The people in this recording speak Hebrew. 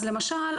אז למשל,